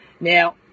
Now